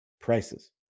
prices